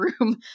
room